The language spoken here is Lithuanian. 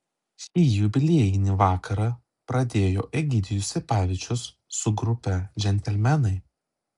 šį jubiliejinį vakarą pradėjo egidijus sipavičius su grupe džentelmenai